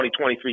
2023